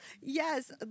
Yes